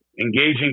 engaging